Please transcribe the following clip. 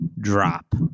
drop